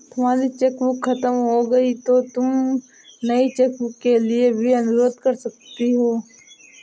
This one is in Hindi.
तुम्हारी चेकबुक खत्म हो गई तो तुम नई चेकबुक के लिए भी अनुरोध कर सकती हो